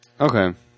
Okay